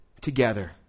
together